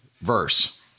verse